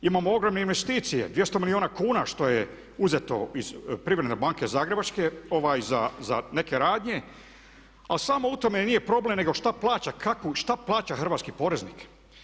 Imamo ogromne investicije 200 milijuna kuna što je uzeto iz Privredne banke zagrebačke za neke radnje, a samo u tome nije problem, nego šta plaća, kakvu, šta plaća hrvatski poreznik?